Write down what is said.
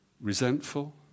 resentful